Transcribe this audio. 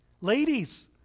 Ladies